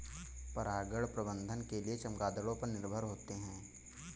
परागण प्रबंधन के लिए चमगादड़ों पर निर्भर होते है